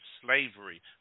slavery